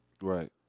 Right